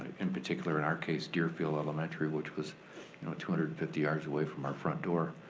in particular, in our case, deerfield elementary, which was you know two hundred and fifty yards away from our front door.